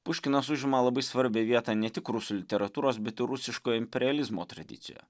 puškinas užima labai svarbią vietą ne tik rusų literatūros bet ir rusiško imperializmo tradicijoje